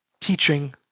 teaching